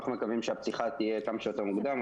אנחנו מקווים שהפתיחה תהיה כמה שיותר מוקדם,